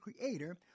creator